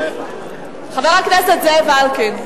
חבר הכנסת זאב אלקין,